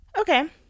Okay